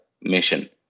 mission